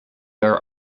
are